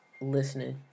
listening